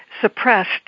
suppressed